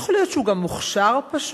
יכול להיות שהוא גם מוכשר פשוט?